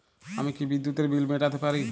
আমি কি বিদ্যুতের বিল মেটাতে পারি?